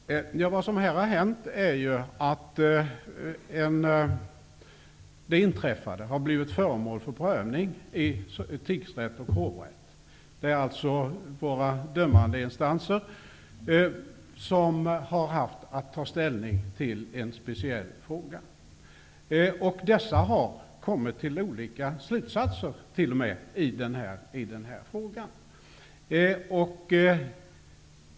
Herr talman! Vad som har hänt är att det inträffade har blivit föremål för prövning i tingsrätt och hovrätt. Våra dömande instanser har alltså haft att ta ställning till en speciell fråga. Dessa instanser har kommit till olika slutsatser t.o.m. i den här frågan.